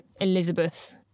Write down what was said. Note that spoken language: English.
Elizabeth